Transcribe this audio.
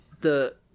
The-